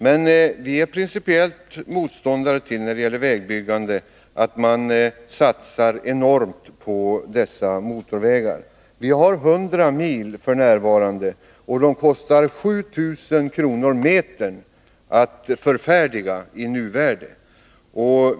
Men vi är principiellt motståndare till att man när det gäller vägbyggandet satsar enormt på motorvägar. I Sverige finns f. n. 100 mil motorvägar, och de kostar i nuläget 7 000 kr/m att förfärdiga.